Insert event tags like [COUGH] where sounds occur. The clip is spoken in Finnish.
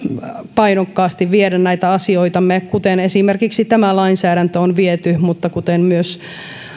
painokkaasti viedä näitä asioitamme kuten esimerkiksi tämä lainsäädäntö on viety mutta myös [UNINTELLIGIBLE] [UNINTELLIGIBLE] kuten